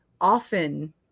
often